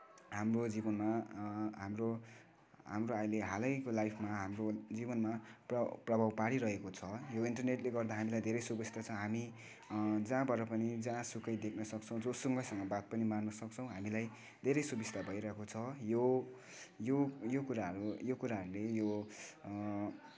हाम्रो जीवनमा हाम्रो हाम्रो अहिले हालैको लाइफमा हाम्रो जीवनमा प्र प्रभाव पारिरहेको छ यो इन्टरनेटले गर्दा हामीलाई धेरै सुबिस्ता छ हामी जहाँबाट पनि जहाँसुकै देख्न सक्छौँ जोसुकैसँग बात पनि मार्न सक्छौँ हामीलाई धेरै सुबिस्ता भइरहेको छ यो यो यो कुराहरू यो कुराहरूले यो